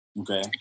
okay